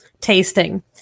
tasting